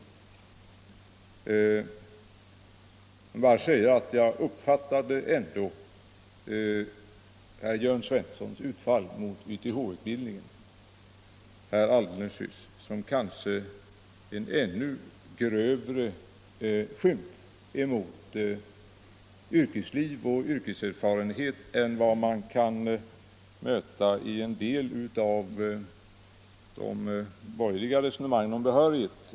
Jag vill bara säga att jag uppfattade Jörn Svenssons utfall mot YTH-utbildningen alldeles nyss som en kanske ännu grövre skymf mot yrkesliv och yrkeserfarenhet än man kan finna i en del av de borgerliga resonemangen om behörighet.